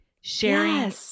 sharing